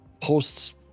posts